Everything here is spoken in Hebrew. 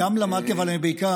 אני גם למדתי, אבל אני בעיקר,